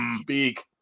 speak